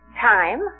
time